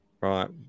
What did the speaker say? Right